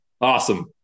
awesome